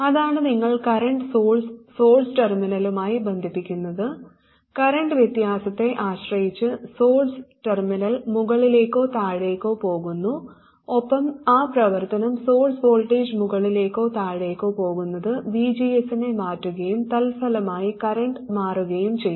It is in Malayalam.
അതാണ് നിങ്ങൾ കറന്റ് സോഴ്സ് സോഴ്സ് ടെർമിനലുമായി ബന്ധിപ്പിക്കുന്നത് കറന്റ് വ്യത്യാസത്തെ ആശ്രയിച്ച് സോഴ്സ് ടെർമിനൽ മുകളിലേക്കോ താഴേയ്ക്കോ പോകുന്നു ഒപ്പം ആ പ്രവർത്തനം സോഴ്സ് വോൾട്ടേജ് മുകളിലേക്കോ താഴേക്കോ പോകുന്നത് VGS നെ മാറ്റുകയും തൽഫലമായി കറന്റ് മാറുകയും ചെയ്യും